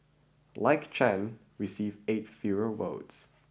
like Chen received eight fewer votes